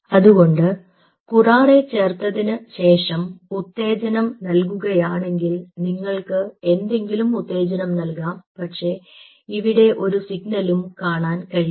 അതുകൊണ്ട് കുറാറെ ചേർത്തതിനുശേഷം ഉത്തേജനം നൽകുകയാണെങ്കിൽ നിങ്ങൾക്ക് എന്തെങ്കിലും ഉത്തേജനം നൽകാം പക്ഷേ ഇവിടെ ഒരു സിഗ്നലും കാണാൻ കഴിയില്ല